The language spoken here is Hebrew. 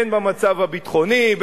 בין במצב הביטחוני,